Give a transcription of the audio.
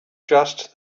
just